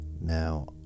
Now